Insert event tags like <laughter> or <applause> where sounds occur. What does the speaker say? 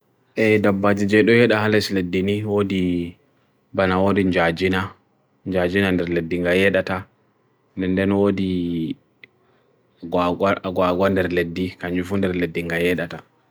E daba jidu he daha les leddi ni, wo di bana wo rin jajina, njajina nr leddinga he data. Nde nno wo di guagwa <hesitation> nr leddi, kanjifun nr leddinga he data.